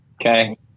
Okay